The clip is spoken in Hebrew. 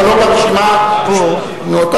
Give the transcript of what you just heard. אתה לא ברשימה, אני ברשימה.